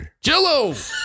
Jell-O